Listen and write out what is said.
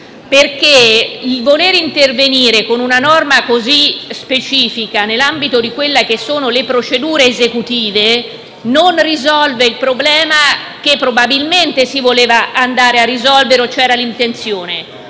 norme. Il voler intervenire con una norma così specifica nell'ambito delle procedure esecutive non risolve il problema che probabilmente si voleva andare a risolvere o c'era l'intenzione